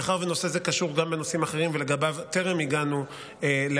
מאחר שנושא זה קשור גם בנושאים אחרים ולגביו טרם הגענו להסכמות,